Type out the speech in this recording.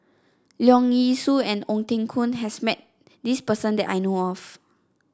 Leong Yee Soo and Ong Teng Koon has met this person that I know of